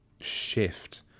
shift